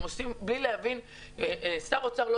אתם עושים בלי להבין שר האוצר לא